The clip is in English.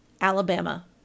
alabama